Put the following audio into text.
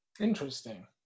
Interesting